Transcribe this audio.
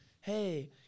hey